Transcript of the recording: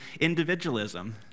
individualism